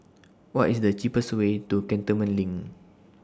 What IS The cheapest Way to Cantonment LINK